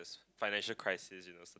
financial crisis you know starting